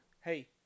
Hey